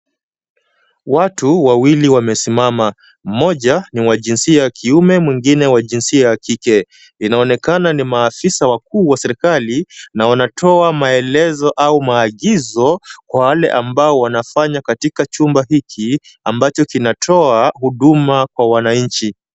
Watu wawili wamesimama. Mmoja ni wa jinsia ya kiume mwingine jinsia ya kike. Inaonekana ni maafisa wakuu wa serikali na wanatoa maelezo au maagizo kwa wale ambao wanafanya katika chumba hiki ambacho kinatoa huduma kwa wananchi.